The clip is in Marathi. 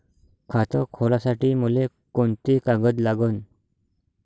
खात खोलासाठी मले कोंते कागद लागन?